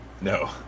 No